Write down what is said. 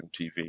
TV